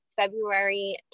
February